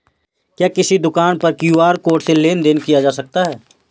क्या किसी दुकान पर क्यू.आर कोड से लेन देन देन किया जा सकता है?